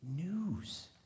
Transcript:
news